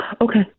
Okay